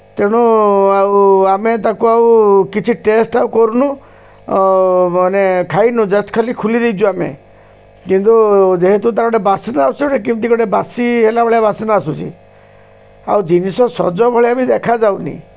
ତେଣୁ ଆଉ ଆମେ ତାକୁ ଆଉ କିଛି ଟେଷ୍ଟ୍ ଆଉ କରୁନୁ ମାନେ ଖାଇନୁ ଜଷ୍ଟ୍ ଖାଲି ଖୋଲି ଦେଇଛୁ ଆମେ କିନ୍ତୁ ଯେହେତୁ ତା'ର ଗୋଟେ ବାସ୍ନା ଆସୁଛି ଗୋଟେ କେମିତି ଗୋଟେ ବାସି ହେଲା ଭଳିଆ ବାସ୍ନା ଆସୁଛି ଆଉ ଜିନିଷ ସଜ ଭଳିଆ ବି ଦେଖାଯାଉନି